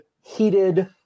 heated